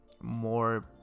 more